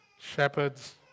shepherds